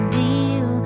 deal